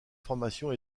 population